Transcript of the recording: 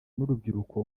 n’urubyiruko